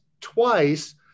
twice